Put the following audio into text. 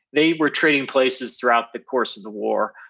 they were trading places throughout the course of the war.